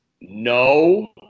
No